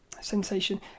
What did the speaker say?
sensation